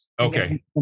Okay